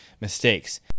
mistakes